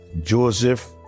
Joseph